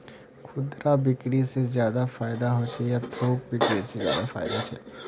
खुदरा बिक्री से ज्यादा फायदा होचे या थोक बिक्री से ज्यादा फायदा छे?